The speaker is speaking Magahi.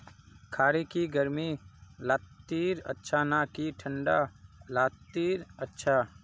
खीरा की गर्मी लात्तिर अच्छा ना की ठंडा लात्तिर अच्छा?